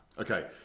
Okay